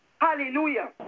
hallelujah